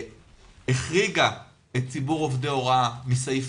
שהחריגה את ציבור עובדי ההוראה מסעיף